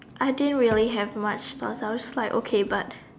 I didn't really had much stuff I was like okay but